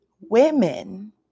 Women